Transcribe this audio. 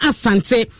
Asante